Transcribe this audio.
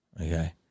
Okay